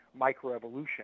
microevolution